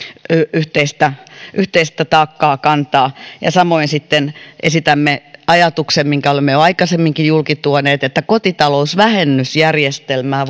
yhteistä yhteistä taakkaa kantaa ja samoin sitten esitämme ajatuksen minkä olemme jo aikaisemminkin julki tuoneet että kotitalousvähennysjärjestelmää